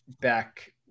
back